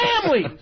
family